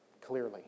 clearly